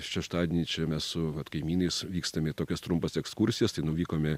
šeštadienį čia mes su vat kaimynais vykstame į tokias trumpas ekskursijas tai nuvykome